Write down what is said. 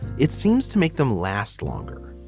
it seems to make them last longer.